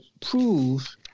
prove